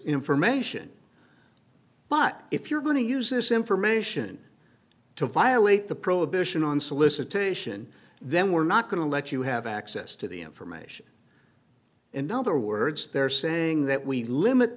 information but if you're going to use this information to violate the prohibition on solicitation then we're not going to let you have access to the information in other words they're saying that we limit